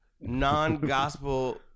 non-gospel